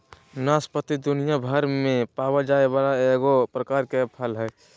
नाशपाती दुनियाभर में पावल जाये वाला एगो प्रकार के फल हइ